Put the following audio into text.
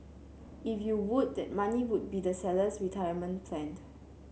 if you would that money will be the seller's retirement planed